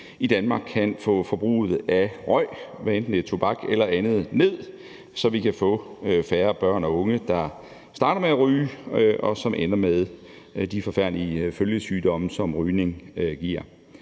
i Danmark kan få forbruget af røg – hvad enten det er tobak eller andet – ned, så vi kan få færre børn og unge, der starter med at ryge, og som ender med de forfærdelige følgesygdomme, som rygning giver.